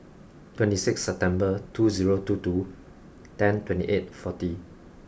twenty six September two zero two two ten twenty eight forty